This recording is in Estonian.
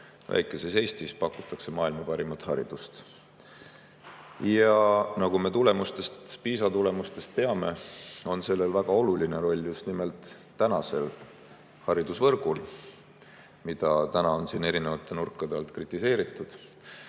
väikeses Eestis pakutakse maailma parimat haridust. Ja nagu me PISA tulemustest teame, on selles väga oluline roll just nimelt meie haridusvõrgul, mida täna on siin erinevate nurkade alt kritiseeritud. Aga